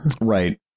right